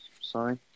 Sorry